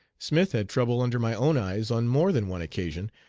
smith had trouble under my own eyes on more than one occasion,